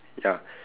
ya